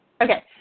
Okay